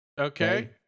Okay